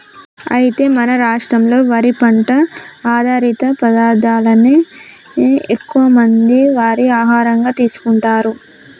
అయితే మన రాష్ట్రంలో వరి పంట ఆధారిత పదార్థాలనే ఎక్కువ మంది వారి ఆహారంగా తీసుకుంటారు